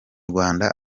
rwanda